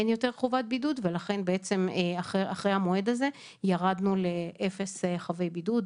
אין יותר חובת בידוד ולכן בעצם אחרי המועד הזה ירדנו לאפס חייבי בידוד.